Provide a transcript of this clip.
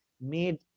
made